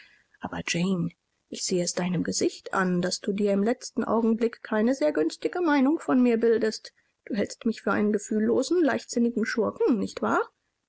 aber jane ich sehe es deinem gesicht an daß du dir im letzten augenblick keine sehr günstige meinung von mir bildest du hältst mich für einen gefühllosen leichtsinnigen schurken nicht wahr